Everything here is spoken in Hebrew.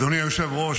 אדוני היושב-ראש,